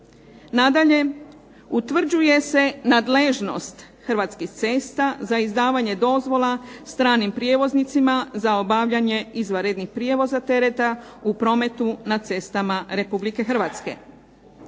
Nadalje, utvrđuje se nadležnost Hrvatskih cesta za izdavanje dozvola stranim prijevoznicima za obavljanje izvanrednih prijevoza tereta u prometu na cestama Republike Hrvatske.